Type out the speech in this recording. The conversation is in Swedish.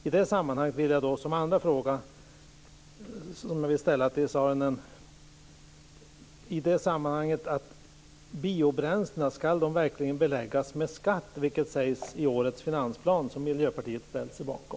I det sammanhanget vill jag ställa min andra fråga till Ingegerd Saarinen: Ska biobränslena verkligen beläggas med skatt, vilket sägs i årets finansplan som Miljöpartiet ställer sig bakom?